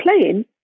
playing